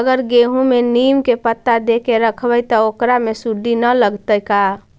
अगर गेहूं में नीम के पता देके यखबै त ओकरा में सुढि न लगतै का?